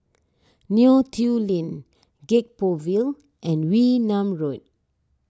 Neo Tiew Lane Gek Poh Ville and Wee Nam Road